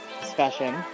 discussion